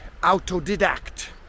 autodidact